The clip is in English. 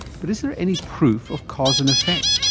but is there any proof of cause and effect,